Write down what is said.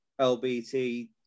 LBT